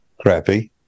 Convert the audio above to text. Crappy